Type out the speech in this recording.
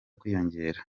kwiyongera